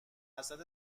حسرت